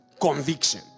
conviction